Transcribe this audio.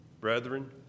Brethren